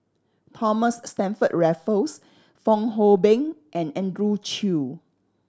Thomas Stamford Raffles Fong Hoe Beng and Andrew Chew